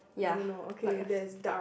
I don't know okay that is dark